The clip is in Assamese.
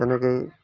তেনেকেই